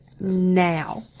now